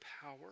power